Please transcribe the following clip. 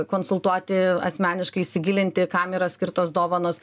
konsultuoti asmeniškai įsigilinti kam yra skirtos dovanos